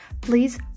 Please